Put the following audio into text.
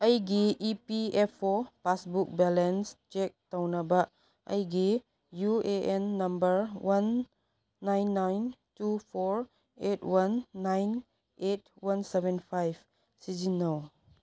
ꯑꯩꯒꯤ E P F O passbook balance check ꯇꯧꯅꯕ ꯑꯩꯒꯤ U A N number one nine nine two four eight one nine eight one seven five ꯁꯤꯖꯤꯟꯅꯧ